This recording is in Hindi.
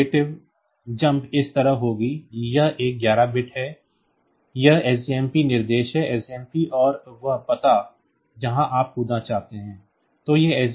तो यह relative jump इस तरह होगी यह एक 11 बिट है यह SJMP निर्देश है SJMP और वह पता जहां आप कूदना चाहते हैं